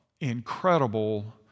incredible